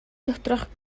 доторх